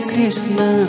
Krishna